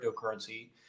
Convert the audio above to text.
cryptocurrency